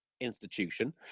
institution